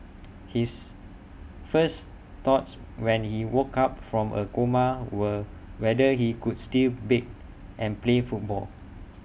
his first thoughts when he woke up from A coma were whether he could still bake and play football